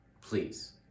Please